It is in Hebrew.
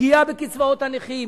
פגיעה בקצבאות הנכים.